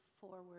forward